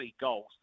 goals